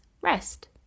rest